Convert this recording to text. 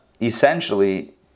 essentially